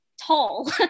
Tall